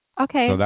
Okay